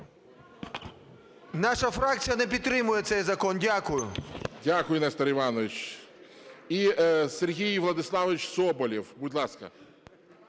Наша фракція не підтримує цей закон. Дякую. ГОЛОВУЮЧИЙ. Дякую, Нестор Іванович. І Сергій Владиславович Соболєв, будь ласка.